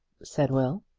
said will.